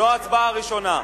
זו ההצבעה הראשונה.